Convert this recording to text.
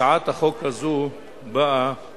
אני מבקש לציין שמקורה של הצעת חוק זו הוא דוחות